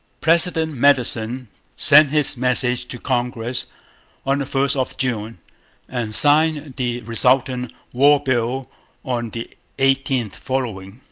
president madison sent his message to congress on the first of june and signed the resultant war bill on the eighteenth following.